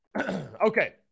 Okay